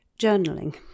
Journaling